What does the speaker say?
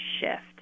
shift